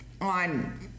on